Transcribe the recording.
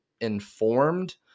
informed